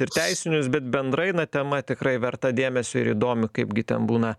ir teisinius bet bendrai na tema tikrai verta dėmesio ir įdomi kaip gi ten būna